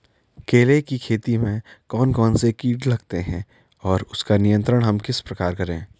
केले की खेती में कौन कौन से कीट लगते हैं और उसका नियंत्रण हम किस प्रकार करें?